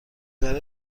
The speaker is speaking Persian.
برای